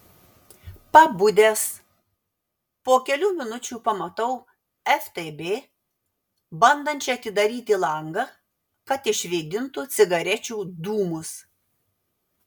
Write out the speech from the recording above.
pabudęs po kelių minučių pamatau ftb bandančią atidaryti langą kad išvėdintų cigarečių dūmus